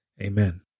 Amen